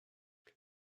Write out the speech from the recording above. beth